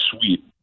sweet